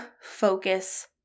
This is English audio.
Focus